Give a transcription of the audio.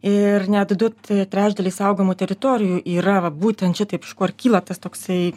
ir net du trečdaliai saugomų teritorijų yra būtent šitaip iš kur kyla tas toksai